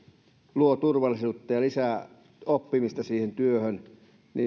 luo turvallisuutta ja lisää oppimista siihen työhön